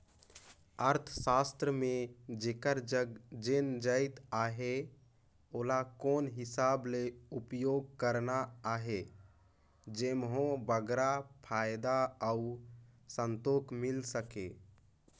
अर्थसास्त्र म जेकर जग जेन जाएत अहे ओला कोन हिसाब ले उपयोग करना अहे जेम्हो बगरा फयदा अउ संतोक मिल सके